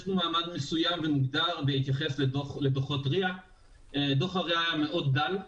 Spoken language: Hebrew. יש פה מעמד מסוים ומוגדר בהתייחס לדוחות RIA. דוח ה-RIA היה מאוד דל,